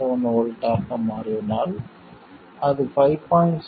7 V ஆக மாறினால் அது 5